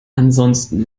ansonsten